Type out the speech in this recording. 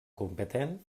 competent